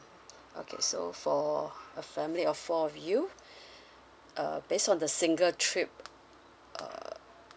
okay so for a family of four of you uh based on the single trip uh